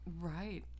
Right